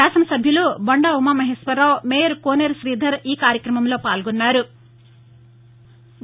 శాసనసభ్యులు బోండా ఉమామహేశ్వరరావు మేయర్ కోనేరు శీధర్ ఈ కార్యక్రమంలో పాల్గొన్నారు